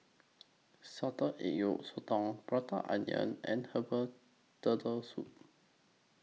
Salted Egg Yolk Sotong Prata Onion and Herbal Turtle Soup